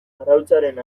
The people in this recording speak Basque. arrautzaren